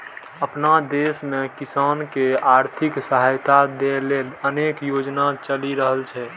अपना देश मे किसान कें आर्थिक सहायता दै लेल अनेक योजना चलि रहल छै